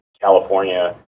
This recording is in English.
California